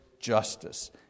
justice